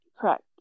Correct